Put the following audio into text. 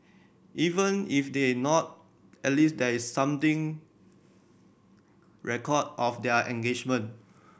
even if they're not at least there is something record of their engagement